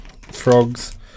frogs